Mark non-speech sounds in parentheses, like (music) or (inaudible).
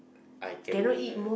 I can (noise)